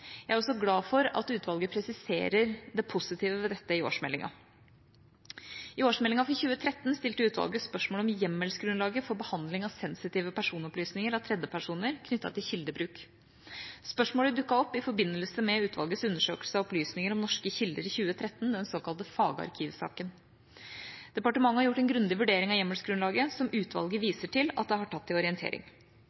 Jeg er også glad for at utvalget presiserer det positive ved dette i årsmeldinga. I årsmeldinga for 2013 stilte utvalget spørsmål om hjemmelsgrunnlaget for behandling av sensitive personopplysninger av tredjepersoner knyttet til kildebruk. Spørsmålet dukket opp i forbindelse med utvalgets undersøkelse av opplysninger om norske kilder i 2013, den såkalte fagarkivsaken. Departementet har gjort en grundig vurdering av hjemmelsgrunnlaget, som utvalget viser til at det har tatt til orientering.